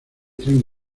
tren